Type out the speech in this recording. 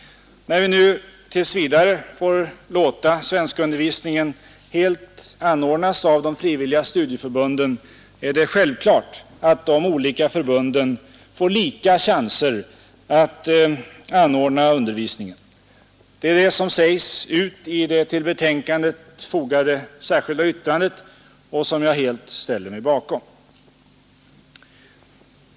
När vi nu tills vidare får låta svenskundervisningen helt anordnas av de frivilliga studieförbunden är det självklart att de olika förbunden bör få lika chanser att anordna undervisning. Det är detta som sägs ut i det till betänkandet fogade särskilda yttrandet, som jag helt ställer mig bakom.